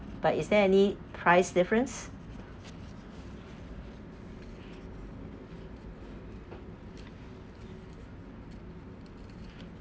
but is there any price difference